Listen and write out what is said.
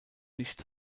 nicht